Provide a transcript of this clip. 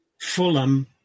Fulham